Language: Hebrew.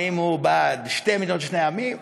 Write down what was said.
האם הוא בעד שתי מדינות לשני עמים?